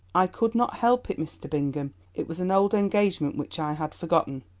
i could not help it, mr. bingham it was an old engagement, which i had forgotten.